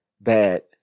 bad